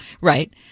right